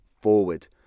forward